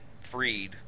freed